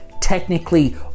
technically